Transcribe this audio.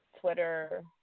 Twitter